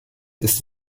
ist